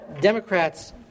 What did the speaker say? Democrats